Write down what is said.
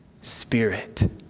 Spirit